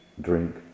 drink